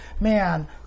man